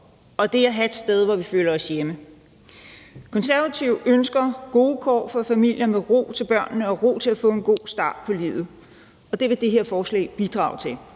og det at have et sted, hvor vi føler os hjemme. Konservative ønsker gode kår for familier med ro til børnene og ro til at få en god start på livet, og det vil det her forslag bidrage til.